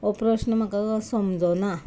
हो प्रश्न म्हाका समजुना